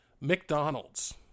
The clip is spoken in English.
McDonald's